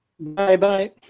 Bye-bye